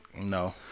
No